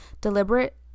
deliberate